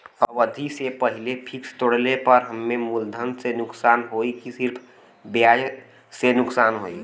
अवधि के पहिले फिक्स तोड़ले पर हम्मे मुलधन से नुकसान होयी की सिर्फ ब्याज से नुकसान होयी?